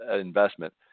investment